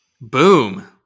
Boom